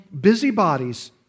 busybodies